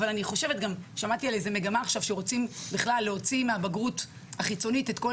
שמעתי שרוצים להוציא עכשיו מהבגרות החיצונית את כל